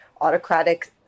autocratic